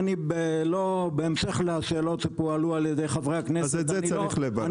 את זה צריך לברר.